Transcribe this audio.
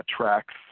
Tracks